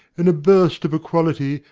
in a burst of equality,